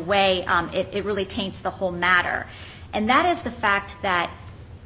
way it really taints the whole matter and that is the fact that